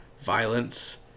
violence